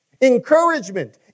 encouragement